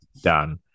done